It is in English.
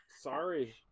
sorry